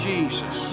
Jesus